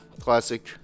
classic